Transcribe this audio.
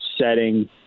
setting